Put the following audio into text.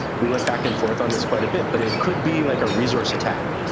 we went back and forth on this quite a bit. but it could be, like, a resource attack.